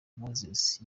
moses